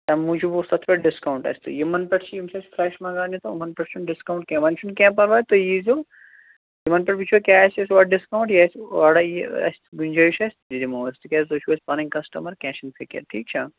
تَمہِ موٗجوٗب اوس تَتھ پٮ۪ٹھ ڈِسکاوُنٛٹ اَسہِ تہٕ یِمَن پٮ۪ٹھ چھِ یِم چھِ اَسہِ فرٛٮ۪ش منٛگاونہِ تہٕ یِمَن پٮ۪ٹھ چھُنہٕ ڈِسکاوُنٛٹ کیٚنٛہہ وۄنۍ چھُنہٕ کیٚنٛہہ پَرواے تُہۍ ییٖزیٚو یِمَن پٮ۪ٹھ وُچھو کیٛاہ آسہِ اَسہِ اورٕ ڈِسکاوُنٛٹ یہِ اَسہِ اورے یہِ آسہِ گُنجٲیش اَسہِ تہِ دِمہو أسۍ تِکیٛازِ تُہۍ چھُو اَسہِ پَنٕنۍ کَسٹٕمَر کیٚنٛہہ چھَنہٕ فِکِر ٹھیٖک چھا